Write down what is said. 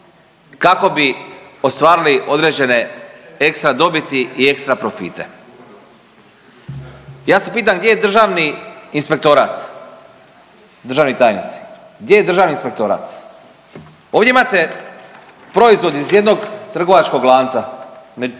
kako bi ostvarili određene ekstra dobiti i ekstra profite. Ja se pitam gdje je Državni inspektorat državni tajnici? Gdje je Državni inspektorat? Ovdje imate proizvod iz jednog trgovačkog lanca,